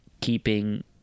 keeping